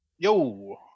Yo